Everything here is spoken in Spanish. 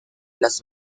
las